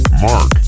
Mark